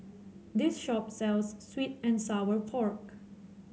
this shop sells sweet and Sour Pork